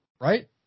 Right